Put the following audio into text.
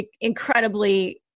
incredibly